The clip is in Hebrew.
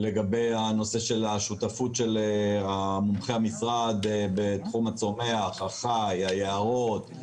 השותפות של מומחי המשרד בתחום הצומח, החי, היערות,